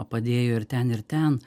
padėjo ir ten ir ten